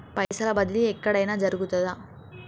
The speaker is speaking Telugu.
పైసల బదిలీ ఎక్కడయిన జరుగుతదా?